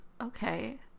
Okay